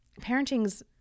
parenting's